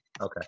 Okay